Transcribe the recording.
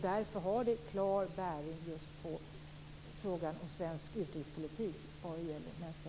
Därför har det klar bäring just på frågan om svensk utrikespolitik vad gäller mänskliga rättigheter.